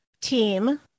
team